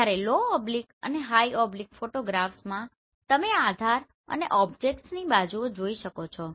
જ્યારે low oblique અને high oblique ફોટોગ્રાફમાં તમે આધાર અને ઓબ્જેક્ટ્સની બાજુઓ જોઈ શકો છો